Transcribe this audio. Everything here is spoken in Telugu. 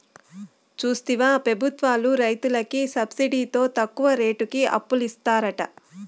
చూస్తివా పెబుత్వాలు రైతులకి సబ్సిడితో తక్కువ రేటుకి అప్పులిత్తారట